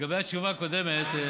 לגבי התשובה הקודמת,